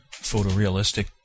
photorealistic